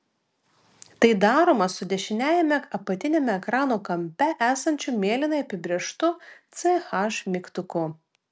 tai daroma su dešiniajame apatiniame ekrano kampe esančiu mėlynai apibrėžtu ch mygtuku